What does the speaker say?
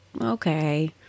okay